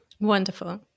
Wonderful